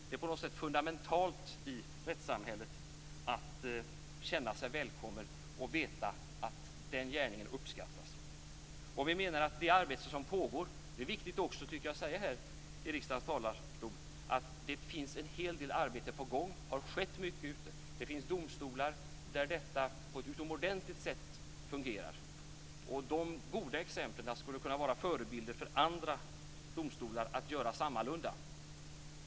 Det är på något sätt fundamentalt i rättssamhället att känna sig välkommen och veta att gärningen uppskattas. Det är viktigt att säga här i riksdagens talarstol att det är en hel del arbete på gång. Det har skett mycket. Det finns domstolar där detta fungerar på ett utomordentligt sätt. De goda exemplen skulle kunna vara förebilder för andra domstolar, så att de kan göra sammalunda.